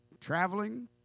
traveling